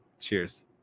Cheers